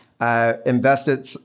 invested